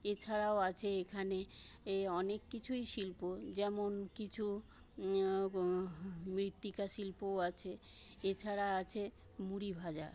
এছাড়াও আছে এখানে এই অনেক কিছুই শিল্প যেমন কিছু মৃত্তিকা শিল্পও আছে এছাড়া আছে মুড়ি ভাজা